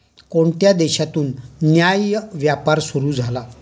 कोणत्या देशातून न्याय्य व्यापार सुरू झाला?